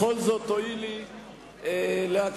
בכל זאת תואילי להקשיב.